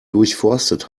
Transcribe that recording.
durchforstet